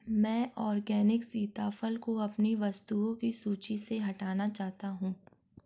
मैं औरगैनिक सीताफल को अपनी वस्तुओं की सूची से हटाना चाहता हूँ